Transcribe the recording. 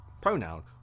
pronoun